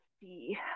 see